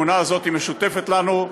האמונה הזאת היא משותפת לנו.